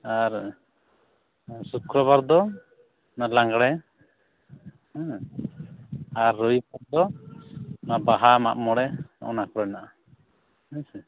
ᱟᱨ ᱥᱩᱠᱨᱚ ᱵᱟᱨ ᱫᱚ ᱚᱱᱟ ᱞᱟᱜᱽᱬᱮ ᱟᱨ ᱨᱚᱵᱤ ᱵᱟᱨ ᱫᱚ ᱱᱚᱣᱟ ᱵᱟᱦᱟ ᱢᱟᱜᱽ ᱢᱚᱬᱮ ᱚᱱᱟ ᱠᱚᱨᱮᱱᱟᱜ ᱦᱮᱥᱮ